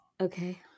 Okay